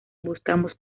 buscamos